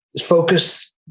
focus